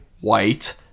White